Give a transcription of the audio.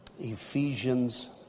Ephesians